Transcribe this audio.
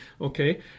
Okay